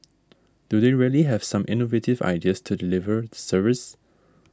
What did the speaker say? do they really have some innovative ideas to deliver service